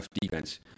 defense